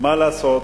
שמה לעשות,